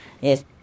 yes